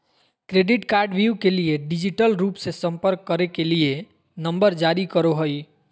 credit कार्डव्यू के लिए डिजिटल रूप से संपर्क करे के लिए नंबर जारी करो हइ